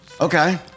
Okay